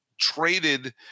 traded